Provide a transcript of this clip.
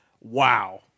wow